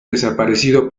desaparecido